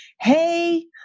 hey